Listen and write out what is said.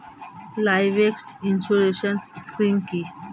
Livestock insurance scheme কি?